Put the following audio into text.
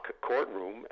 courtroom